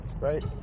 right